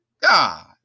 God